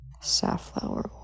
safflower